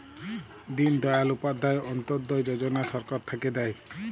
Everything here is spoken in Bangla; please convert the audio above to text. দিন দয়াল উপাধ্যায় অন্ত্যোদয় যজনা সরকার থাক্যে দেয়